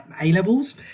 A-levels